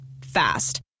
Fast